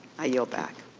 i yield back.